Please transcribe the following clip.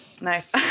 Nice